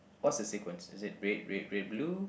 what's the sequence is it red red red blue